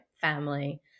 family